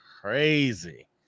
crazy